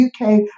UK